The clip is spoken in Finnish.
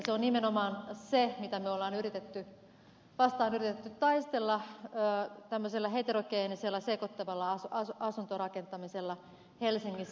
se on nimenomaan se mitä vastaan on yritetty taistella tämmöisellä heterogeenisella sekoittavalla asuntorakentamisella helsingissä